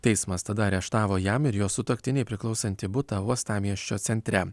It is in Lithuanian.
teismas tada areštavo jam ir jo sutuoktinei priklausantį butą uostamiesčio centre